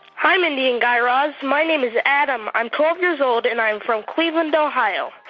hi, mindy and guy raz. my name is adam. i'm twelve years old. and i am from cleveland, ohio.